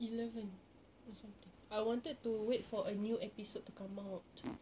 eleven or something I wanted to wait for a new episode to come out